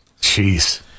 Jeez